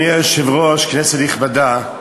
אדוני היושב-ראש, כנסת נכבדה,